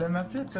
and that's it.